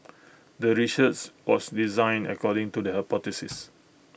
the research was designed according to the hypothesis